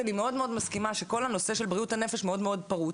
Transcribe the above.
אני מאוד מסכימה שכל הנושא של בריאות הנפש מאוד פרוץ.